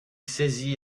saisi